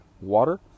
water